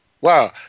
Wow